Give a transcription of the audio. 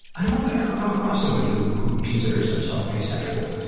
i don't know if i've ever come across somebody who who considers them self asexual.